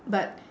but